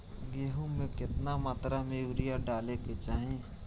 गेहूँ में केतना मात्रा में यूरिया डाले के चाही?